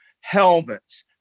helmets